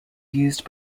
used